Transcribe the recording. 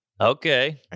Okay